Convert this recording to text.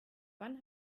wann